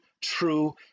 true